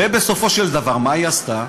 בסופו של דבר, מה היא עשתה?